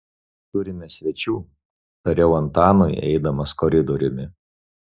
turime svečių tariau antanui eidamas koridoriumi